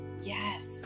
Yes